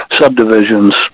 subdivisions